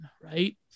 right